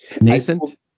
Nascent